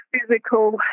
physical